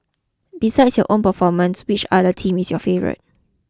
besides your own performance which other team is your favourite